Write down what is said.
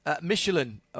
Michelin